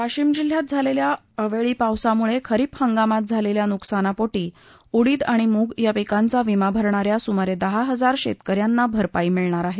वाशिम जिल्ह्यात झालेल्या अवेळी पावसामुळे खरीप हंगामात झालेल्या नुकसानापोटी उडीद आणि मूग या पिकांचा विमा भरणाऱ्या सुमारे दहा हजार शेतकऱ्यांना भरपाई मिळणार आहे